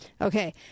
Okay